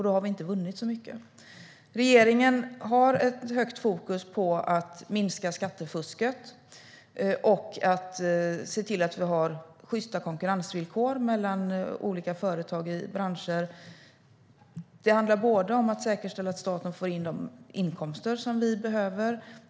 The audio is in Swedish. Då har vi inte vunnit så mycket. Regeringen har ett stort fokus på att minska skattefusket och att se till att vi har sjysta konkurrensvillkor mellan olika företag. Det handlar om att säkerställa att staten får in de inkomster som vi behöver.